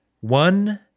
one